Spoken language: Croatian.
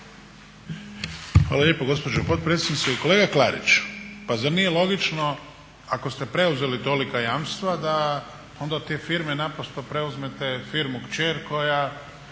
Hvala lijepo gospođo potpredsjednice. Kolega Klarić, pa zar nije logično ako ste preuzeli tolika jamstva da onda te firme naprosto preuzmete firmu kćer koja